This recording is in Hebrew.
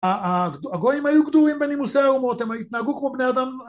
הגויים היו גדולים בנימוסי האומות, הם התנהגו כמו בני אדם